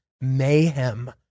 mayhem